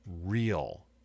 real